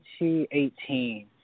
2018